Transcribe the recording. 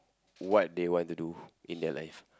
what they want to do in their life